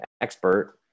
expert